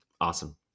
awesome